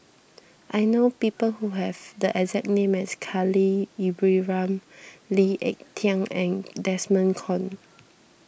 I know people who have the exact name as Khalil Ibrahim Lee Ek Tieng and Desmond Kon